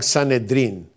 Sanedrin